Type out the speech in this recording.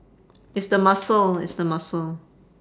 it's the mussel it's the mussel